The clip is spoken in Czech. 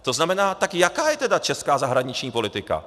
To znamená, tak jaká je teda česká zahraniční politika?